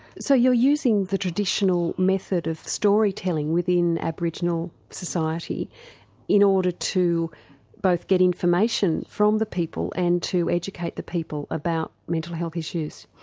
so you're using the traditional method of storytelling within aboriginal society in order to both get information from the people and to educate the people about mental health issues?